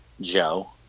Joe